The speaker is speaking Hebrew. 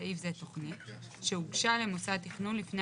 בסעיף זה תכנית שהוגשה למשרד תכנון לפני